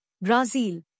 Brazil